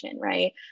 right